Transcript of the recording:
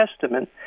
Testament